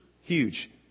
Huge